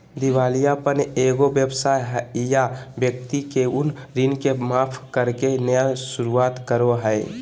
दिवालियापन एगो व्यवसाय या व्यक्ति के उन ऋण के माफ करके नया शुरुआत करो हइ